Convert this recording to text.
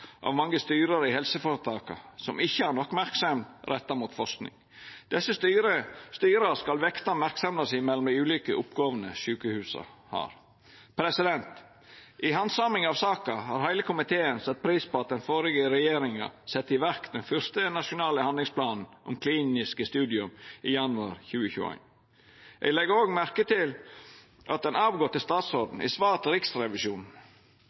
av mange styre i helseføretaka som ikkje har nok merksemd retta mot forsking. Desse styra skal vekta merksemda si mellom dei ulike oppgåvene sjukehusa har. I handsaminga av saka har heile komiteen sett pris på at den førre regjeringa sette i verk den fyrste nasjonale handlingsplanen om kliniske studium, i januar 2021. Eg legg òg merke til at den avgåtte statsråden i svar til Riksrevisjonen